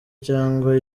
cyangwa